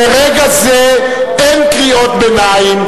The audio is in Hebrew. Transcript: מרגע זה אין קריאות ביניים,